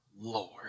Lord